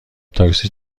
تاکسی